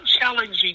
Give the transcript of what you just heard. challenging